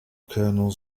colonel